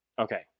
okay